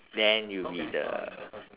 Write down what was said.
then you'll be the